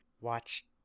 watch